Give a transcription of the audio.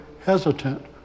hesitant